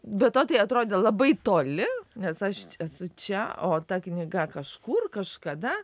be to tai atrodė labai toli nes aš esu čia o ta knyga kažkur kažkada